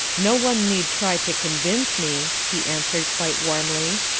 no one need try to convince me, he answered quite warmly,